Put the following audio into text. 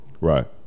Right